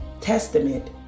Testament